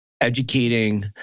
educating